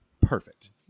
Perfect